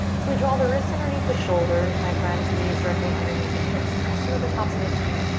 so we draw the wrists underneath the shoulders, my friends, knees directly underneath the hips. press into the tops of the feet.